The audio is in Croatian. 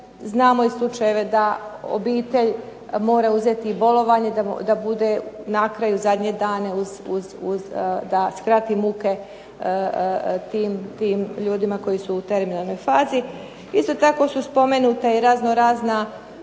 znamo i slučajeve da obitelj mora uzeti i bolovanje da bude na kraju zadnje dane uz, da skrati muke tim ljudima koji su u terminalnoj fazi. Isto tako su spomenuta i razno razna